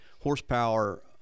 horsepower